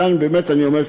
מכאן אני אומר,